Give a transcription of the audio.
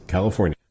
California